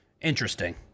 Interesting